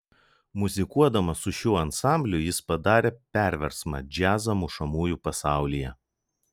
muzikuodamas su šiuo ansambliu jis padarė perversmą džiazo mušamųjų pasaulyje